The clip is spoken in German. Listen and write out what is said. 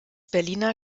berliner